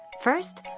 first